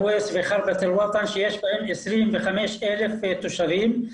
הרוויס וחירבת אל-וואטן, שיש בהם 25 אלף תושבים.